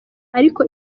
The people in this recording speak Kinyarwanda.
ariko